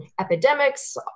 epidemics